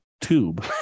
tube